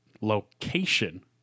location